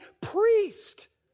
priest